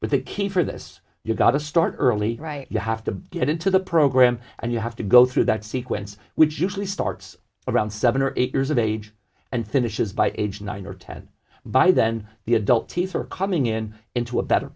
but the key for this you've got to start early you have to get into the program and you have to go through that sequence which usually starts around seven or eight years of age and finishes by age nine or ten by then the adult teeth are coming in into a better